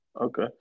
Okay